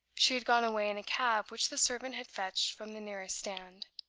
she had gone away in a cab which the servant had fetched from the nearest stand.